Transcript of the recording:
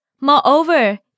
Moreover